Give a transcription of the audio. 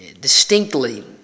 distinctly